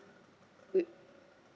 with